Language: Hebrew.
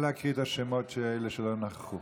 נא להקריא את השמות של אלה שלא נכחו.